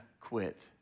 quit